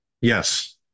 Yes